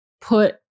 put